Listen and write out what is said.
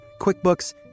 QuickBooks